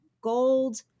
gold